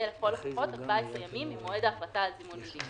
יהיה לכל הפחות 14 ימים ממועד ההחלטה על זימון הדיון,